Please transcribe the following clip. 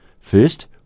First